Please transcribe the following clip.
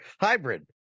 hybrid